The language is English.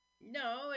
no